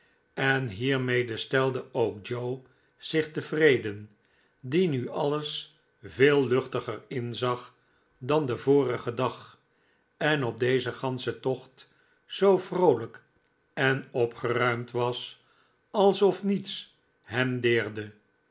en hiermede stelde ook joe zich tevreden die nu alles veel luchtiger inzag dan den vorigen dag en op dezen ganschen tocht zoo vroolijk en opgeruimd was alsof niets hem deerde